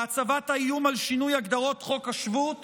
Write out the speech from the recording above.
מהצבת האיום על שינוי הגדרות חוק השבות